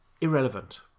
irrelevant